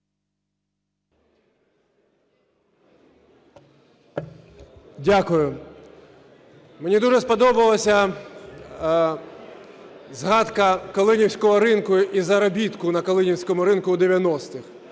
Дякую. Мені дуже сподобалася згадка "Калинівського ринку" і заробітку на "Калинівському ринку" в 90-х.